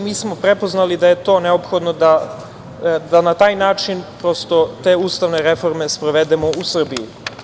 Mi smo prepoznali da je to neophodno da na taj način te ustavne reforme sprovedemo u Srbiji.